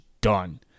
done